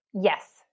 Yes